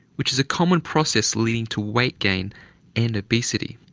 which is a common process leading to weight gain and obesity.